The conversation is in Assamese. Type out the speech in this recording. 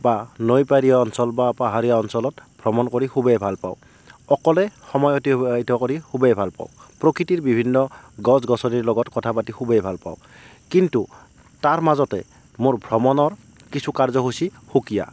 বা নৈপৰীয় অঞ্চল বা পাহাৰীয় অঞ্চলত ভ্ৰমণ কৰি খুবেই ভাল পাওঁ অকলে সময় অতিবাহিত কৰি খুবেই ভাল পাওঁ প্ৰকৃতিৰ বিভিন্ন গছ গছনিৰ লগত কথা পাতি খুবেই ভাল পাওঁ কিন্তু তাৰ মাজতে মোৰ ভ্ৰমণৰ কিছু কাৰ্যসূচী সুকীয়া